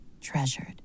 treasured